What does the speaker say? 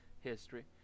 history